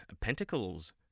pentacles